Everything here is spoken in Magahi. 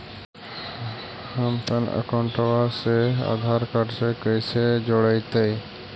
हमपन अकाउँटवा से आधार कार्ड से कइसे जोडैतै?